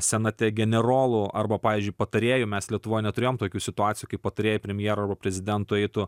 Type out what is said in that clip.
senate generolų arba pavyzdžiui patarėjų mes lietuvoj neturėjom tokių situacijų kai patarėjai premjero prezidento eitų